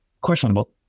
Questionable